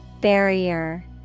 Barrier